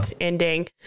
ending